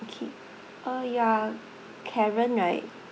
okay uh you are karen night